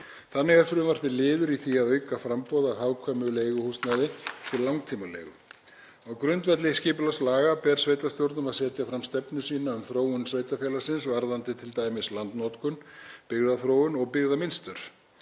Þannig er frumvarpið liður í því að auka framboð á hagkvæmu leiguhúsnæði til langtímaleigu. Á grundvelli skipulagslaga ber sveitarstjórnum að setja fram stefnu sína um þróun sveitarfélagsins varðandi t.d. landnotkun, byggðaþróun og byggðamynstur.